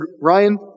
Ryan